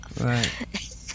Right